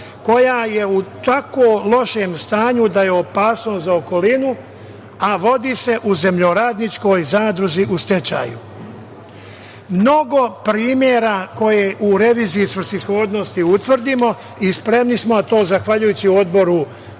koja je u tako lošem stanju da je opasnost za okolinu, a vodi se u zemljoradničkoj zadruzi u stečaju. Mnogo primera koje u reviziji svrsishodnosti utvrdimo i spremni smo na to zahvaljujući odborima